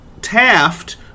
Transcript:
Taft